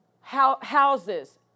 houses